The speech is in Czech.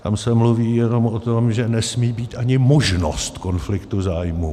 Tam se mluví jenom o tom, že nesmí být ani možnost konfliktu zájmů.